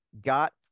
got